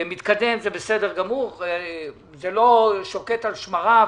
וזה בסדר גמור וזה גם בסדר שהוא לא שוקט על שמריו,